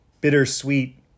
bittersweet